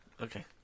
Okay